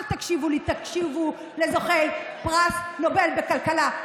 אל תקשיבו לי, תקשיבו לזוכי פרס נובל בכלכלה.